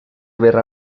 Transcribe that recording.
verrà